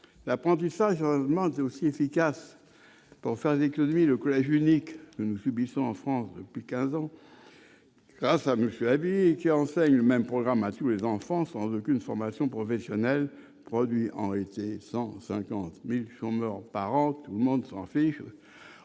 l'apprentissage aussi efficace pour faire avec le collège unique que nous subissons en France depuis 15 ans, ça ça me suis habitué à enseigner le même programme à tous les enfants sans aucune formation professionnelle produit en réalité 150000 chômeurs par an, tout le monde en fait